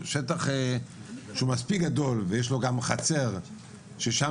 שטח שהוא מספיק גדול ויש לו גם חצר ושם